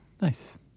Nice